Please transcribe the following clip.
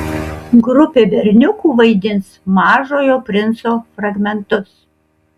grupė berniukų vaidins mažojo princo fragmentus